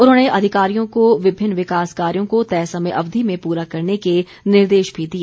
उन्होंने अधिकारियों को विभिन्न विकास कार्यों को तय समय अवधि में पूरा करने के निर्देश भी दिए